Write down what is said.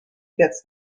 gets